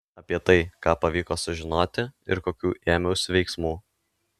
apie tai ką pavyko sužinoti ir kokių ėmiausi veiksmų